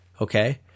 okay